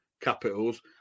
capitals